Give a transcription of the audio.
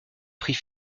prix